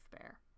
bear